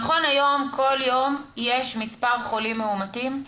נכון היום כל יום יש מספר חולים מאומתים,